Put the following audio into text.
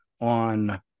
on